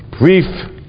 brief